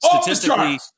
statistically